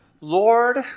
Lord